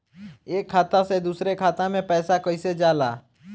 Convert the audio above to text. एक खाता से दूसर खाता मे पैसा कईसे जाला?